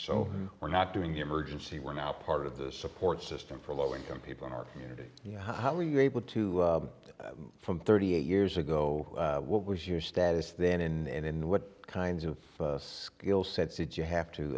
so we're not doing the emergency we're now part of the support system for low income people in our community how were you able to from thirty eight years ago what was your status then in and then what kinds of skill sets did you have to